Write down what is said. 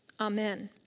Amen